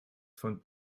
von